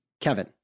Kevin